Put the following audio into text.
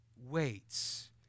waits